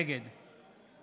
נגד